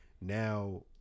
now